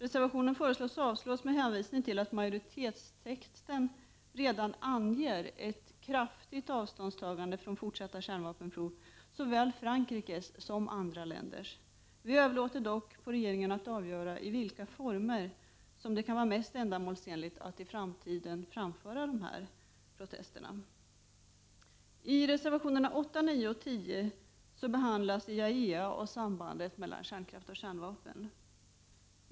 Reservationen föreslås bli avslagen med hänvisning till att majoritetstexten anger ett kraftigt avståndstagande från fortsatta kärnvapenprov, såväl Frankrikes som andra länders. Vi överlåter dock på regeringen att avgöra vilka former som kan vara mest ändamålsenliga att i framtiden göra den svenska inställningen känd.